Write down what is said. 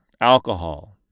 alcohol